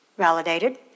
validated